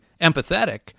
empathetic